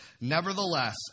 Nevertheless